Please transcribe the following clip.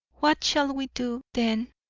what shall we do, then,